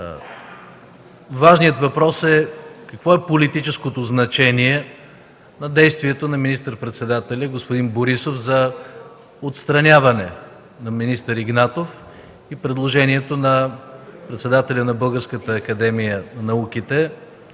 Важният въпрос е: какво е политическото значение на действието на министър-председателя господин Борисов за отстраняване на министър Игнатов и предложението председателят на Българската академия на науките